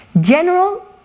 general